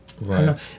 Right